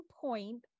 point